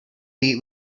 day